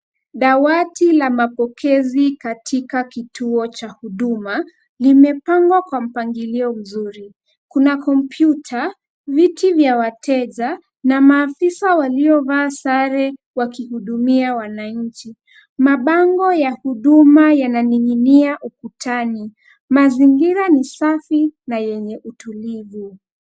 Dawati la mapokezi katika kituo cha huduma, limepangwa kwa mpangilio mzuri. Kuna kompyuta, viti vya wateja, na maafisa walio vaa sare wa kihudumia wananchi. Mabango ya huduma yananing'inia ukutani, mazingira ni safi na yenye utulivu.